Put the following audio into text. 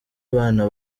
bana